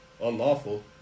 unlawful